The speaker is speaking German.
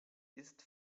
ist